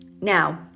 Now